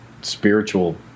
spiritual